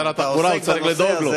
שר התחבורה, הוא צריך לדאוג לו.